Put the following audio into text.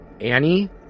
Annie